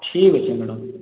ଠିକ୍ ଅଛି ମ୍ୟାଡ଼ାମ୍